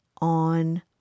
on